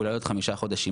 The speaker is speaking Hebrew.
אולי עוד חמישה חודשים,